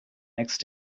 next